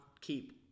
keep